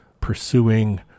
pursuing